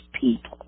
people